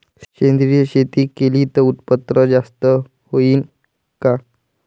सेंद्रिय शेती केली त उत्पन्न जास्त होईन का?